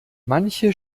manche